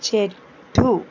చెట్టు